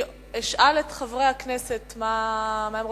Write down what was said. אשאל את חברי הכנסת מה הם רוצים.